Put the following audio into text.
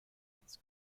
ins